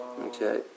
Okay